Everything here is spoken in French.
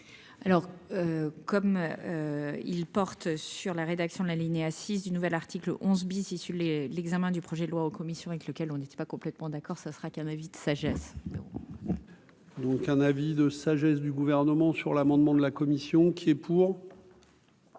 Alors comme il porte sur la rédaction de l'alinéa 6 du nouvel article onze bis les l'examen du projet de loi en commission avec lequel on n'était pas complètement d'accord, ça sera qu'un avis de sagesse. Donc un avis de sagesse du Gouvernement sur l'amendement de la commission qui est pour.